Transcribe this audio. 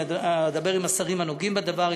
אדבר עם השרים הנוגעים בדבר,